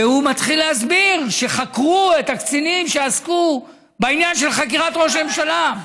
והוא מתחיל להסביר שחקרו את הקצינים שעסקו בעניין של חקירת ראש הממשלה.